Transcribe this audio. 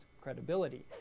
credibility